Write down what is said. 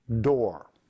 door